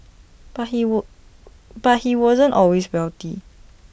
but he but he wasn't always wealthy